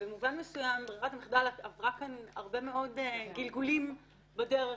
ברירת המחדל עברה הרבה מאוד גלגולים בדרך.